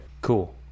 Cool